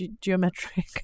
geometric